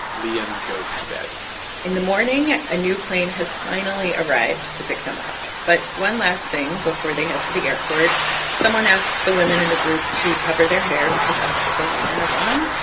liam goes to bed in the morning, a new plane has finally arrived to pick them up. but one last thing before they head to the airport someone asks the women in the group to cover their hair because that's the law in iran.